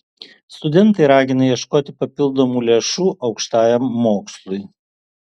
studentai ragina ieškoti papildomų lėšų aukštajam mokslui